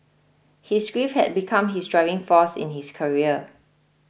his grief had become his driving force in his career